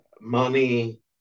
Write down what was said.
money